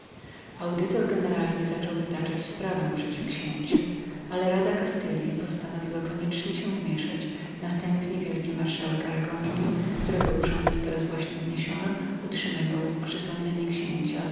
audytor generalny zaczął wytaczać sprawę przeciw księciu ale rada kastylji postanowiła koniecznie się wmieszać następnie wielki marszałek aragonu którego urząd teraz właśnie zniesiono utrzymywał że sądzenie księcia